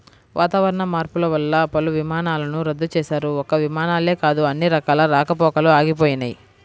వాతావరణ మార్పులు వల్ల పలు విమానాలను రద్దు చేశారు, ఒక్క విమానాలే కాదు అన్ని రకాల రాకపోకలూ ఆగిపోయినయ్